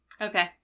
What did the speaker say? Okay